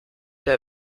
der